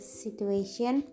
situation